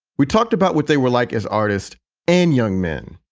we talked about what they were like as artists and young men.